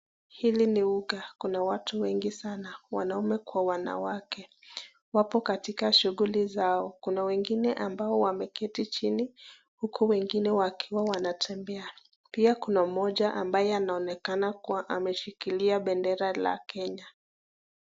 Hili ni ugaa kuna watu wengi sana wanaumwe kwaa wanawake. Wapo katika shughuli zao kuna wengine ambao wameketi chini huku wengine wakiwa wanatembea. Pia kuna mmoja ambaye anaonekana kuwa ameshikilia bendera la kenya.